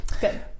Good